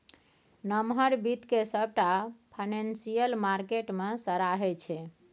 नमहर बित्त केँ सबटा फाइनेंशियल मार्केट मे सराहै छै